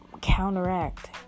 counteract